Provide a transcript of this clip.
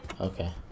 Okay